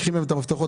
קחי ממנו את המפתחות,